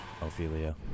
Ophelia